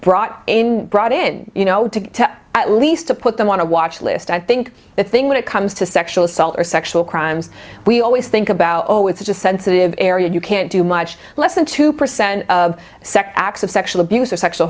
brought in brought in you know to at least to put them on a watch list i think the thing when it comes to sexual assault or sexual crimes we always think about oh it's just sensitive area you can't do much less than two percent of sex acts of sexual abuse or sexual